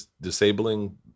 disabling